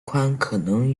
可能